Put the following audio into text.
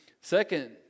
Second